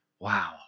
Wow